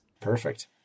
Perfect